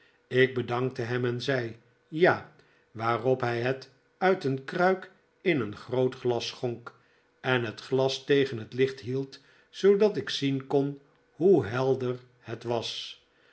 ik bedankte hem en zei ja waarop hij het uit een kruik in een groot glas schonk en het glas tegen het licht hield zoodat ik zien kon hoe helder het was